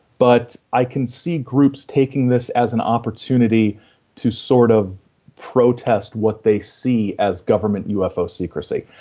but i can see groups taking this as an opportunity to sort of protest what they see as government ufo secrecy.